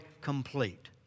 complete